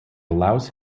allows